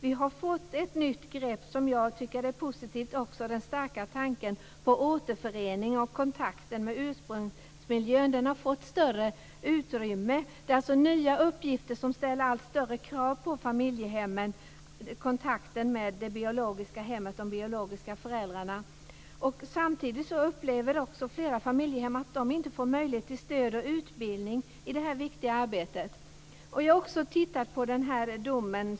Vi har fått ett nytt grepp som jag tycker är positivt också, dvs. den starka tanken på återförening och kontakten med ursprungsmiljön. Den har fått större utrymme. Det är alltså nya uppgifter som ställer allt större krav på familjehemmen vad gäller kontakten med det biologiska hemmet och de biologiska föräldrarna. Samtidigt upplever flera familjehem att de inte får möjlighet till stöd och utbildning i det här viktiga arbetet. Jag har också tittat på den här domen.